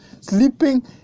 sleeping